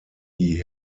die